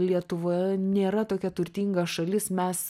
lietuva nėra tokia turtinga šalis mes